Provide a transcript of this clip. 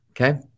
Okay